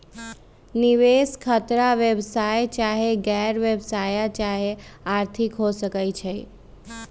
निवेश खतरा व्यवसाय चाहे गैर व्यवसाया चाहे आर्थिक हो सकइ छइ